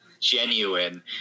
genuine